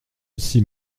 aussi